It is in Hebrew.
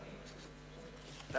ועדת הפנים.